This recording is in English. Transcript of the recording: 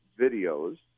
videos